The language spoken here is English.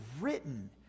written